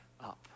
up